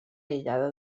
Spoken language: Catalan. aïllada